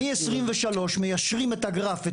מ-2023 מיישרים את הגרף,